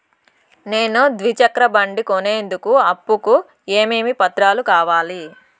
నేను ద్విచక్ర బండి కొనేందుకు అప్పు కు ఏమేమి పత్రాలు కావాలి?